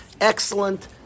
excellent